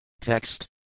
Text